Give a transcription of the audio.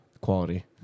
Quality